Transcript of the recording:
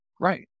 Right